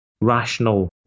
rational